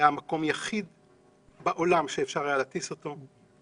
היה מקום אחד בעולם שאפשר היה להטיס אותו אליו.